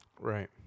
Right